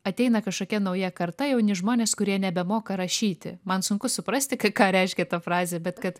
ateina kažkokia nauja karta jauni žmonės kurie nebemoka rašyti man sunku suprasti ka ką reiškia ta frazė bet kad